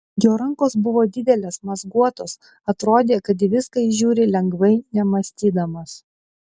jo rankos buvo didelės mazguotos atrodė kad į viską jis žiūri lengvai nemąstydamas